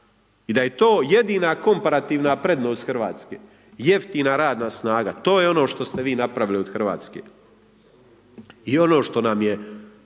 i da je to jedina komparativna prednost Hrvatske, jeftina radna snaga, to je ono što ste vi napravili od Hrvatske. I ono što nam iznad